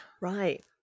Right